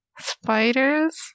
spiders